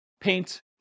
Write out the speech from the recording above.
paint